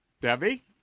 Debbie